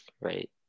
right